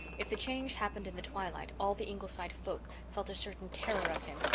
if the change happened in the twilight all the ingleside folk felt a certain terror of him.